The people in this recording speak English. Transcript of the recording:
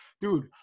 Dude